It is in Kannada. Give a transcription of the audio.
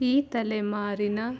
ಈ ತಲೆಮಾರಿನ